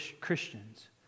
Christians